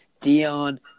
Dion